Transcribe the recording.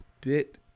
bit